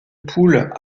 poule